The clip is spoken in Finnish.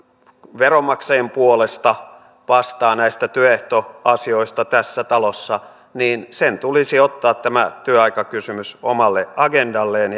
veronmaksajien puolesta vastaa näistä työehtoasioista tässä talossa tulisi ottaa tämä työaikakysymys omalle agendalleen